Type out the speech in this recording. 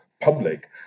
public